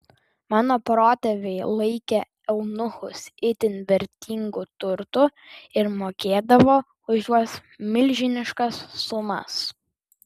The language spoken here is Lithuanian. mano protėviai laikė eunuchus itin vertingu turtu ir mokėdavo už juos milžiniškas sumas